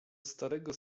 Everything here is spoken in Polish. starego